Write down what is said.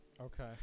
Okay